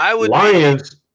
Lions